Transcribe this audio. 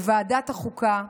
בוועדת החוקה,